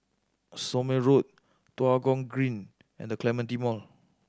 Somme Road Tua Kong Green and The Clementi Mall